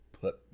put